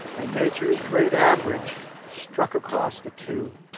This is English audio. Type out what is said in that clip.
and nature's great average struck across the two,